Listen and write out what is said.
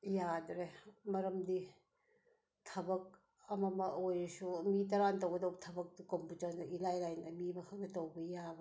ꯌꯥꯗ꯭ꯔꯦ ꯃꯔꯝꯗꯤ ꯊꯕꯛ ꯑꯃꯃ ꯑꯣꯏꯔꯁꯨ ꯃꯤ ꯇꯔꯥꯅ ꯑꯣꯏꯒꯗꯕ ꯊꯕꯛꯇꯨ ꯀꯣꯝꯄꯨꯇꯔꯅ ꯏꯂꯥꯏ ꯂꯥꯏꯅ ꯃꯤ ꯑꯃꯈꯛꯅ ꯇꯧꯕ ꯌꯥꯕ